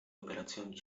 operation